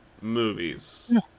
movies